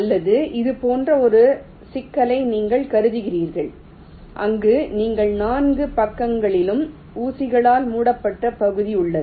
அல்லது இது போன்ற ஒரு சிக்கலை நீங்கள் கருதுகிறீர்கள் அங்கு நீங்கள் 4 பக்கங்களிலும் ஊசிகளால் மூடப்பட்ட பகுதி உள்ளது